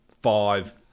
five